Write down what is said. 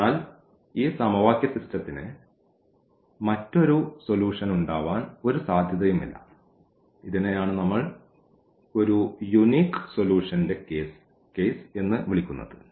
അതിനാൽ ഈ സമവാക്യ സിസ്റ്റത്തിന് മറ്റൊരു സൊലൂഷൻ ഉണ്ടാവാൻ ഒരു സാധ്യതയുമില്ല ഇതിനെയാണ് നമ്മൾ ഒരു യൂനിക് സൊല്യൂഷന്റെ കേസ് എന്ന് വിളിക്കുന്നത്